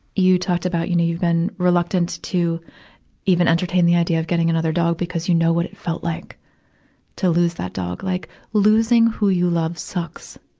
you talked about, you know, you've been reluctant to even entertain the idea of getting another dog because you know what it felt like to lose that dog. like losing who you love sucks.